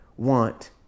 want